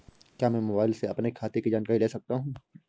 क्या मैं मोबाइल से अपने खाते की जानकारी ले सकता हूँ?